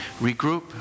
regroup